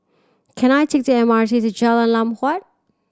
can I take the M R T to Jalan Lam Huat